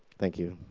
thank you.